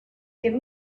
give